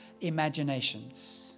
imaginations